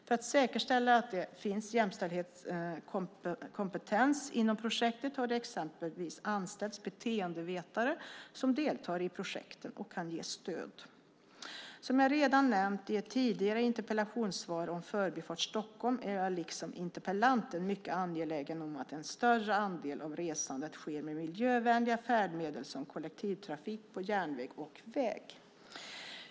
För att säkerställa att det finns jämställdhetskompetens inom projekt har det exempelvis anställts beteendevetare som deltar i projekten och kan ge stöd. Som jag redan nämnt i ett tidigare interpellationssvar om Förbifart Stockholm är jag liksom interpellanten mycket angelägen om att en större andel av resandet sker med miljövänliga färdmedel som kollektivtrafik på järnväg och väg.